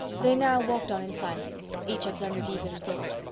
they now walked on in silence, each of them deep in thought.